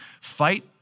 Fight